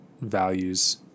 values